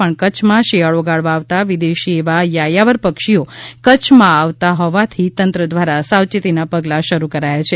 પણ કચ્છમાં શિયાળી ગાળવા આવતા વિદેશી એવા યાયાવર પક્ષીઓ કચ્છમાં આવતાં હોવાથી તંત્ર દ્વારા સાવચેતીના પગલા શરૂ કરાયા છે